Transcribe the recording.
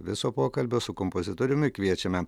viso pokalbio su kompozitoriumi kviečiame